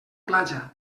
platja